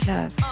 Love